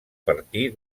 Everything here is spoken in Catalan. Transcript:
partir